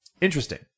interesting